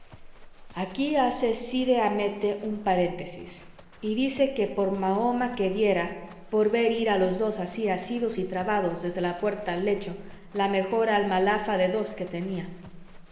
aquí hace cide hamete un paréntesis y dice que por mahoma que diera por ver ir a los dos así asidos y trabados desde la puerta al lecho la mejor almalafa de dos que tenía